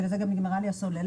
לכן גם נגמרה לי הסוללה,